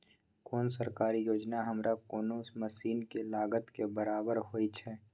कोन सरकारी योजना हमरा कोनो मसीन के लागत के बराबर होय छै?